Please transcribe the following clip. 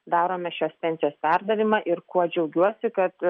darome šios pensijos perdavimą ir kuo džiaugiuosi kad